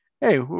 Hey